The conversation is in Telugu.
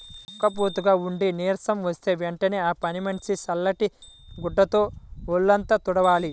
ఉక్కబోతగా ఉండి నీరసం వస్తే వెంటనే ఆ మనిషిని చల్లటి గుడ్డతో వొళ్ళంతా తుడవాలి